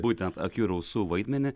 būtent akių ir ausų vaidmenį